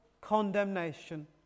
condemnation